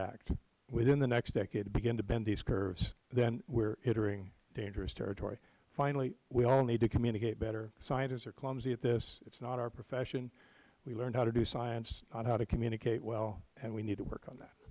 act within the next decade to begin to bend these curves then we are entering dangerous territory finally we all need to communicate better scientists are clumsy at this it is not our profession we learned how to do science not how to communicate well and we need to work on that